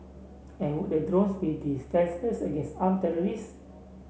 and would the drones be defenceless against arm terrorists